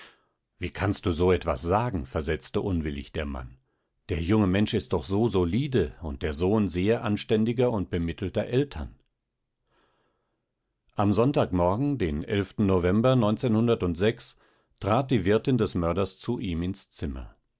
wie kannst du so etwas sagen versetzte unwillig der mann der junge mensch ist doch so solide und der sohn sehr anständiger und bemittelter eltern am sonntag morgen den november trat die wirtin des mörders zu ihm ins zimmer